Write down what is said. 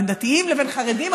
ובין דתיים לבין חרדים,